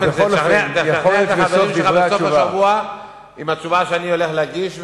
תשכנע את החברים שלך בסוף השבוע עם התשובה שאני הולך להגיש בפניך,